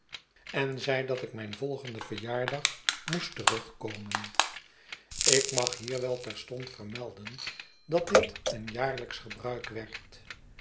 en zeide dat ik mijn volgenden verjaardag moest terugkomen ik mag hierwel terstond vermelden dat dit een jaarlijksch gebruik werd